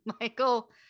Michael